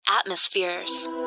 atmospheres